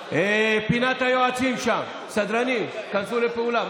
פינת היועצים שם, סדרנים, תיכנסו לפעולה.